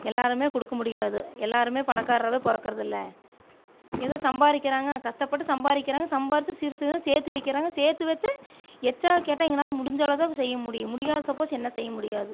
எல்லோருமே கொடுக்க முடியாது எல்லோருமே பணக்காரராகவே பிறக்குறது இல்லை எதுவும் சம்பாதிக்குறாங்க கஷ்டப்பட்டு சம்பாதிக்குறாங்க சம்பாதிச்சி சிறு சிறு சேர்த்து வைக்கிறாங்க சேர்த்து வச்சு எச்சா கேட்டால் எங்களால் முடிஞ்ச அளவு தான் செய்ய முடியும் முடியாதது சப்போஸ் என்ன செய்ய முடியும்